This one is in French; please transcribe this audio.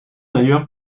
d’ailleurs